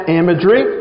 imagery